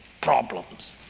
Problems